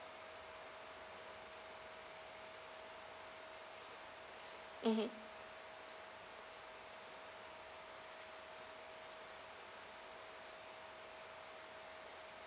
mmhmm